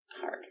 hard